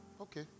Okay